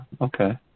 Okay